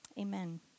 Amen